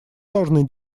должны